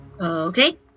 Okay